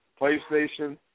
PlayStation